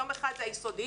יום אחד זה היסודיים,